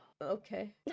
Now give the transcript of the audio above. Okay